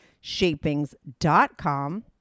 shapings.com